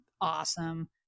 awesome